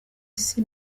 isi